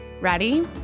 Ready